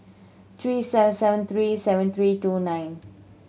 three seven seven three seven three two nine